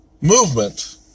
movement